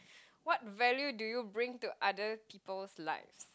what value do you bring to other people's life